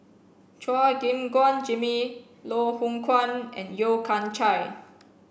Chua Gim Guan Jimmy Loh Hoong Kwan and Yeo Kian Chye